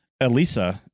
ELISA